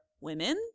women